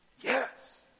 Yes